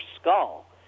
skull